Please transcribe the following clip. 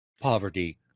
Poverty